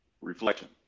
Reflection